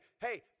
hey